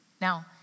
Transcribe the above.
Now